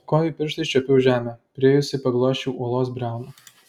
kojų pirštais čiuopiau žemę priėjusi paglosčiau uolos briauną